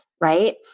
right